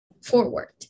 forward